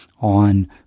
on